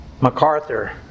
MacArthur